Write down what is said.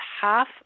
half